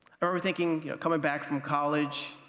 i remember thinking, coming back from college,